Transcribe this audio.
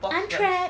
I'm trap